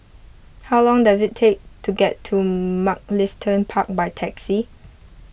how long does it take to get to Mugliston Park by taxi